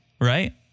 right